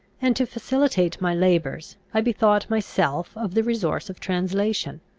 and, to facilitate my labours, i bethought myself of the resource of translation.